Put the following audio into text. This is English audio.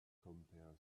compare